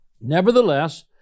Nevertheless